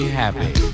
happy